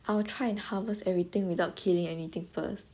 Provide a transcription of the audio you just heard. I will try and harvest everything without killing anything first